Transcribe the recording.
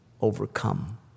overcome